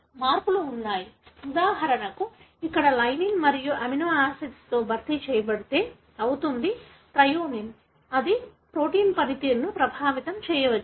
కానీ మార్పులు ఉన్నాయి ఉదాహరణకు ఇక్కడ లైసిన్ మరొక అమినో ఆసిడ్ తో భర్తీ చేయబడితే అవుతుంది థ్రెయోనిన్ అది ప్రోటీన్ పనితీరును ప్రభావితం చేయవచ్చు